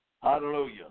Hallelujah